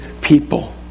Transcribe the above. people